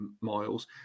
miles